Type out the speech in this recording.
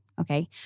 okay